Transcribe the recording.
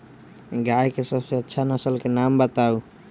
गाय के सबसे अच्छा नसल के नाम बताऊ?